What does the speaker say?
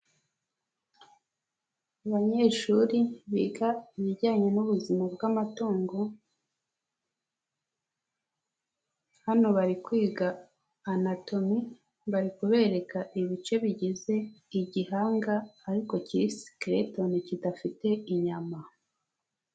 Abanyeshuri biga ibijyanye n'ubuzima bw'amatungo, hano bari kwiga anatomi bari kubereka ibice bigize igihanga ariko kiri sikeletoni kidafite inyama.